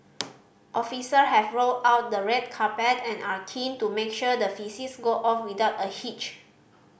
official have rolled out the red carpet and are keen to make sure the visits go off without a hitch